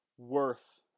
worth